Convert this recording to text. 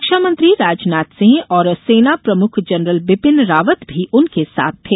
रक्षामंत्री राजनाथ सिंह और सेना प्रमुख जनरल बिपिन रावत भी उनके साथ थे